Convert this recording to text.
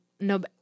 No